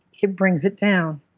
it brings it down.